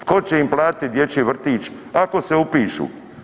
Tko će im platiti dječji vrtić, ako se upišu?